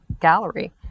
gallery